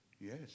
Yes